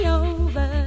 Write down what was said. over